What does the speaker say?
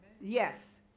Yes